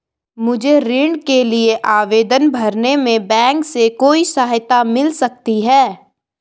मुझे ऋण के लिए आवेदन भरने में बैंक से कोई सहायता मिल सकती है?